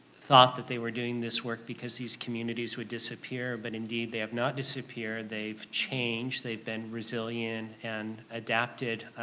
thought that they were doing this work because these communities would disappear, but indeed they have not disappeared, they've changed, they've been resilient and adapted